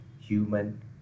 human